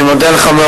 אני מודה לך,